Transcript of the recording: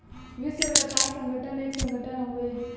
विश्व व्यापार संगठन एक संगठन हउवे